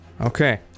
Okay